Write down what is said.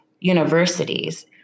universities